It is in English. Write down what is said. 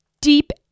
deep